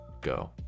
go